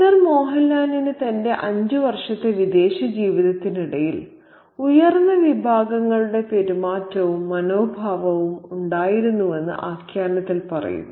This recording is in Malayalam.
സർ മോഹൻ ലാലിന് തന്റെ അഞ്ച് വർഷത്തെ വിദേശ ജീവിതത്തിനിടയിൽ ഉയർന്ന വിഭാഗങ്ങളുടെ പെരുമാറ്റവും മനോഭാവവും ഉണ്ടായിരുന്നുവെന്ന് ആഖ്യാനത്തിൽ പറയുന്നു